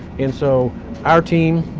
and so our team,